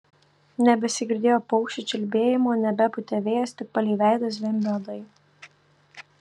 nebesigirdėjo paukščių čiulbėjimo nebepūtė vėjas tik palei veidą zvimbė uodai